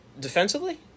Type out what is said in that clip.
defensively